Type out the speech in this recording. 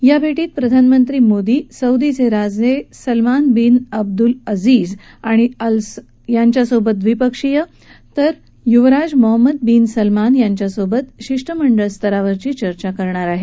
या भेटीत प्रधानमंत्री मोदी सौदीचे राजे Salman bin Abdulaziz al Saud यांच्यासोबत द्विपक्षीय तर युवराज मोहम्मद बीन सलमान यांच्यासोबत शिष्टमंडळ स्तररावरची चर्चा करणार आहेत